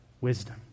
Wisdom